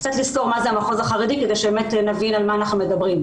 קצת לסקור מה זה המחוז החרדי כדי שבאמת נבין על מה אנחנו מדברים.